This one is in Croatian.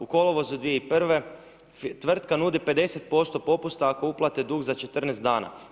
U kolovozu 2001. tvrtka nudi 50% popusta ako uplate dug za 14 dana.